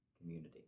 community